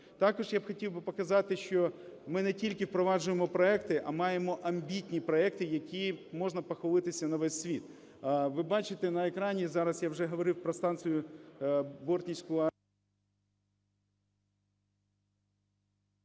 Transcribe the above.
Також я хотів би показати, що ми не тільки впроваджуємо проекти, а маємо амбітні проекти, якими можна похвалитися на весь світ. Ви бачите на екрані зараз, я вже говорив про станцію бортницьку…